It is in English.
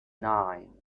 nine